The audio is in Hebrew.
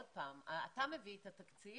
עוד פעם, אתה מביא את התקציב.